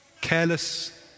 careless